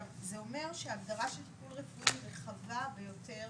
זה אומר שההגדרה של טיפול רפואי היא רחבה ביותר.